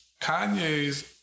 Kanye's